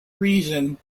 reason